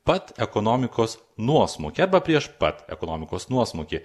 pat ekonomikos nuosmukį arba prieš pat ekonomikos nuosmukį